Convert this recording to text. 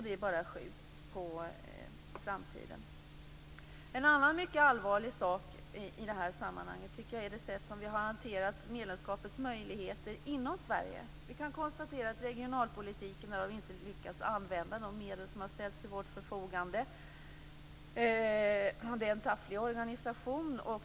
Det bara skjuts på framtiden. En annan mycket allvarlig sak i detta sammanhang tycker jag är det sätt som vi har hanterat medlemskapets möjligheter inom Sverige på. Vi kan konstatera att vi inte har lyckats använda de medel som har ställts till vårt förfogande vad gäller regionalpolitiken. Det är en tafflig organisation.